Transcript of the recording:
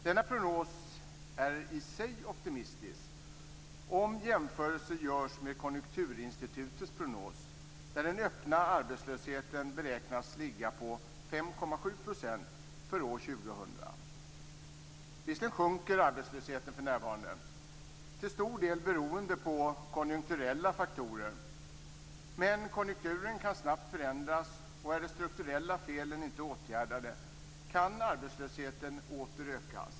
Denna prognos är i sig optimistisk, om jämförelse görs med Konjunkturinstitutets prognos där den öppna arbetslösheten beräknas ligga på 5,7 % år 2000. Visserligen sjunker arbetslösheten för närvarande, till stor del beroende på konjunkturella faktorer. Men konjunkturen kan snabbt förändras, och är de strukturella felen inte åtgärdade kan arbetslösheten åter öka.